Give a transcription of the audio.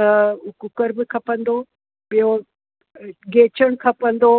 त कुकर बि खपंदो ॿियो गेचण खपंदो